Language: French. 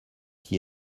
qui